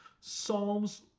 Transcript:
Psalms